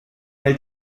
nel